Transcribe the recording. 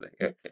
okay